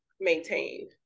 maintain